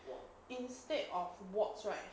instead of warts right